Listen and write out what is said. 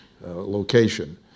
location